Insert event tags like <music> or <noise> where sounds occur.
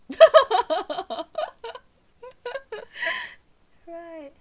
<laughs> right